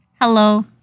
Hello